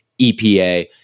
EPA